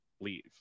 leave